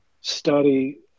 study